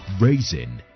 raising